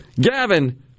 Gavin